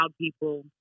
people